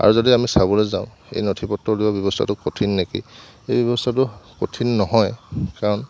আৰু যদি আমি চাবলৈ যাওঁ এই নথি পত্ৰ উলিওৱা ব্যৱস্থাটো কঠিন নেকি এই ব্যৱস্থাটো কঠিন নহয় কাৰণ